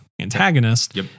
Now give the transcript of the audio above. antagonist